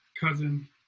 cousin